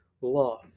love